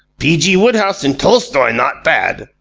p. g. wodehouse and tolstoi not bad.